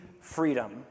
freedom